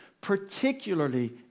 particularly